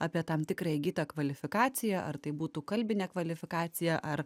apie tam tikra įgytą kvalifikaciją ar tai būtų kalbinė kvalifikacija ar